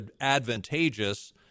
advantageous